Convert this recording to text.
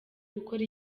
gukora